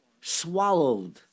swallowed